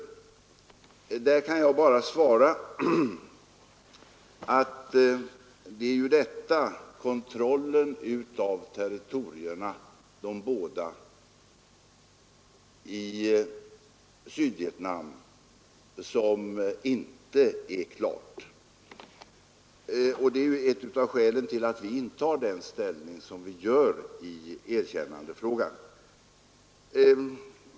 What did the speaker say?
På det kan jag bara svara att kontrollen över de båda territorierna i Sydvietnam inte är klar. Detta är ett av skälen till att vi intar den ställning som vi gör i erkännandefrågan.